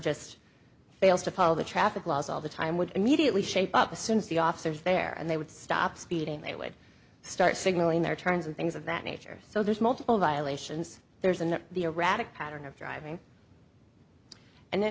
just fails to follow the traffic laws all the time would immediately shape up as soon as the officers there and they would stop speeding they would start signalling their turns and things of that nature so there's multiple violations there's an erratic pattern of driving and th